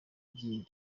igihe